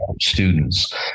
students